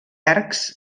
arcs